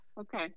Okay